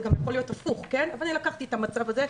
זה גם יכול להיות הפוך אבל אני לקחתי את המצב הזה,